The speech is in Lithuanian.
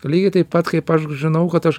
lygiai taip pat kaip aš žinau kad aš